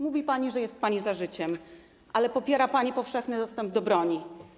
Mówi pani, że jest pani za życiem, ale popiera pani powszechny dostęp do broni.